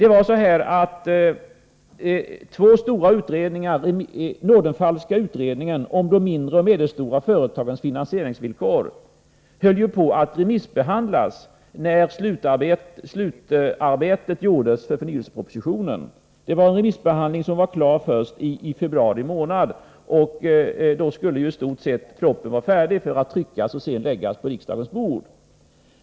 Två stora utredningar var aktuella. Den Nordenfalska utredningen om de mindre och medelstora företagens finansieringsvillkor höll på att remissbehandlas, när slutarbetet gjordes beträffande förnyelsepropositionen. Remissbehandlingen blev klar först i februari, och då skulle propositionen i stort sett vara färdig för att tryckas och läggas på riksdagens bord.